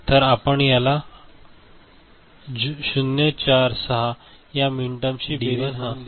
तर आपण याला आपण 0 4 6 या मिनटर्म्स ची बेरीज म्हणून लिहू शकतो